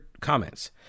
comments